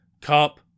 Cup